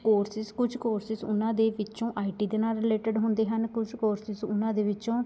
courses ਕੁਝ courses ਉਹਨਾਂ ਦੇ ਵਿੱਚੋਂ ਆਈ ਟੀ ਦੇ ਨਾਲ ਰਿਲੇਟਡ ਹੁੰਦੇ ਹਨ ਕੁਝ ਕੋਰਸਿਸ ਉਹਨਾਂ ਦੇ ਵਿੱਚੋਂ